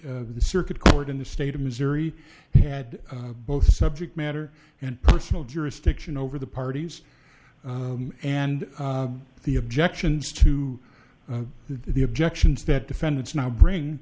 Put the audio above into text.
the circuit court in the state of missouri had both subject matter and personal jurisdiction over the parties and the objections to the objections that defendants now bring